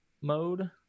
mode